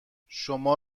شما